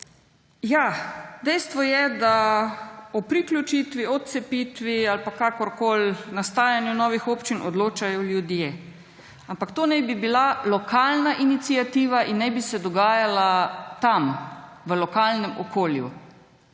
Dejstvo je, da o priključitvi, odcepitvi ali kakorkoli nastajanju novih občin odločajo ljudje, ampak to naj bi bila lokalna iniciativa in naj bi se dogajala tam, v lokalnem okolju,